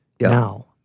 now